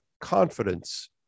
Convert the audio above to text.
confidence